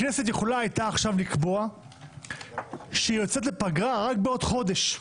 הכנסת יכולה הייתה עכשיו לקבוע שהיא יוצאת לפגרה רק בעוד חודש,